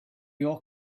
your